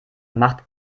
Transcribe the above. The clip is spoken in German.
macht